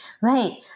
Right